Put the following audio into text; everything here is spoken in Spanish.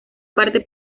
parte